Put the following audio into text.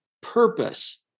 purpose